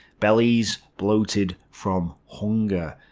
bellies bloated from hunger.